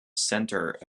centre